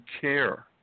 care